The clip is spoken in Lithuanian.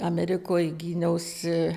amerikoje gyniausi